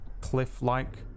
cliff-like